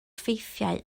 ffeithiau